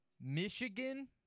Michigan